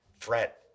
threat